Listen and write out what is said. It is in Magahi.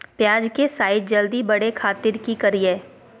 प्याज के साइज जल्दी बड़े खातिर की करियय?